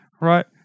Right